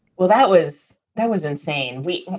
well, that was that was insane. we